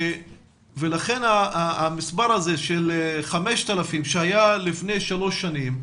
לכן המספר הזה של 5,000 שהיה לפני שלוש שנים,